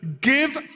give